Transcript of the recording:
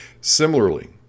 similarly